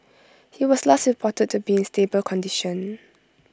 he was last reported to be in stable condition